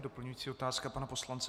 Doplňující otázka pana poslance.